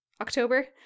october